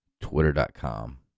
Twitter.com